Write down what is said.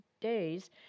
days